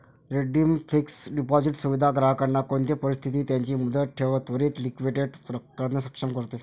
redeemed fixed deposit सुविधा ग्राहकांना कोणते परिस्थितीत त्यांची मुदत ठेव त्वरीत लिक्विडेट करणे सक्षम करते